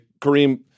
Kareem